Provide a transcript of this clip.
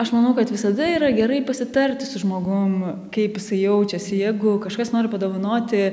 aš manau kad visada yra gerai pasitarti su žmogum kaip jisai jaučiasi jeigu kažkas nori padovanoti